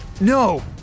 No